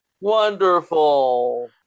Wonderful